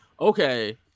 okay